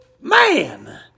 man